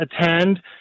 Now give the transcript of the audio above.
attend